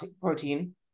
protein